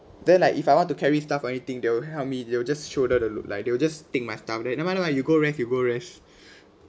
then like if I want to carry stuff or anything they will help me they'll just shoulder the load like they will just take my stuff never mind never mind you go rest you go rest